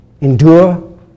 Endure